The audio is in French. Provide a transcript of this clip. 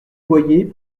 boyer